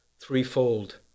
threefold